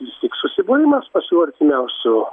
vis tik susibūrimas pačių artimiausių